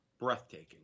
breathtaking